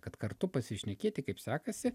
kad kartu pasišnekėti kaip sekasi